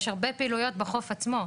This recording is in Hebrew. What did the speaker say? יש הרבה פעילויות בחוף עצמו,